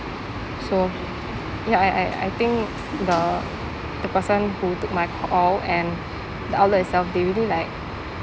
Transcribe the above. so ya I I I think the the person who took my call and the outlet itself they really like